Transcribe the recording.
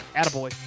Attaboy